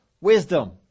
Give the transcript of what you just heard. wisdom